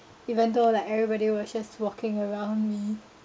even though like everybody was just walking around me